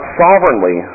sovereignly